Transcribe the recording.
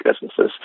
businesses